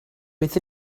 beth